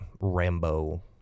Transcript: Rambo